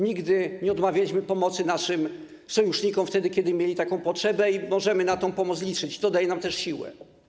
Nigdy nie odmawialiśmy pomocy naszym sojusznikom wtedy, kiedy była taka potrzeba, i możemy na tę pomoc liczyć, co też nam daje siłę.